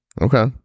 Okay